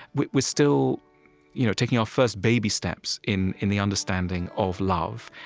we're we're still you know taking our first baby steps in in the understanding of love,